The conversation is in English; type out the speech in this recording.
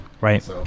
Right